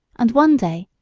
and one day,